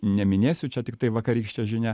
neminėsiu čia tiktai vakarykštė žinia